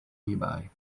nearby